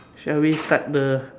shall we start the